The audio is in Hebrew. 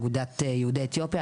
אגודת יהודי אתיופיה,